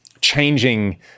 changing